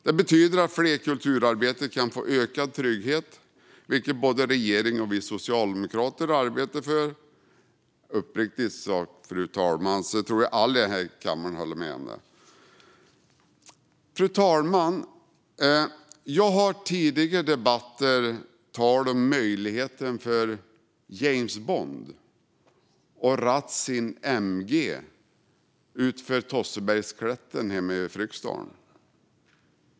Det betyder att fler kulturarbetare kan få ökad trygghet, vilket både regeringen och vi socialdemokrater arbetar för. Uppriktigt sagt, fru talman, tror jag att alla i den här kammaren håller med. Fru talman! Jag har i tidigare debatter talat om möjligheten för James Bond att ratta sin MG utför Tossebergsklätten hemma i Fryksdalen.